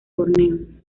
borneo